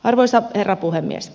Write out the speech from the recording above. arvoisa herra puhemies